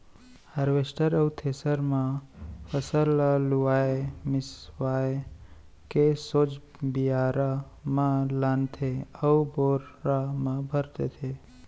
harvester अउ thresher म फसल ल लुवा मिसवा के सोझ बियारा म लानथे अउ बोरा म भर देथे